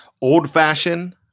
Old-fashioned